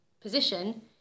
position